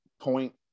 point